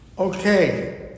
Okay